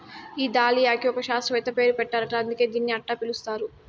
ఈ దాలియాకి ఒక శాస్త్రవేత్త పేరు పెట్టారట అందుకే దీన్ని అట్టా పిలుస్తారు